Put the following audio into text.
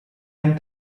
han